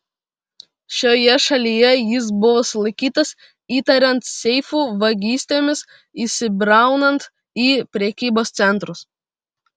šioje šalyje jis buvo sulaikytas įtariant seifų vagystėmis įsibraunant į prekybos centrus